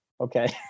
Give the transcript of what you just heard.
Okay